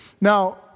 Now